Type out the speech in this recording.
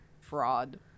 fraud